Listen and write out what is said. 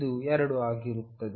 ಇದು 2 ಆಗಿರುತ್ತದೆ